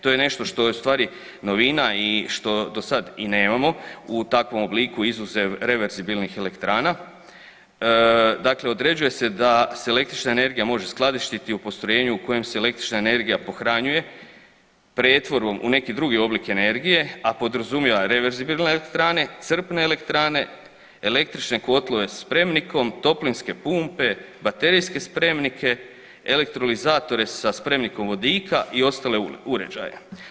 To je nešto što je ustvari novina i što do sad i nemamo u takvom obliku izuzev reverzibilnih elektrana, dakle određuje se da se električna energija može skladištiti u postrojenju u kojem se električna energija pohranjuje pretvorbom u neki drugi oblik energije, a podrazumijeva reverzibilne elektrane, crpne elektrane, električne kotlove spremnikom, toplinske pumpe, baterijske spremnike, elektroliazatore sa spremnikom vodika i ostale uređaje.